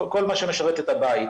כל מה שמשרת את הבית.